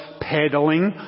pedaling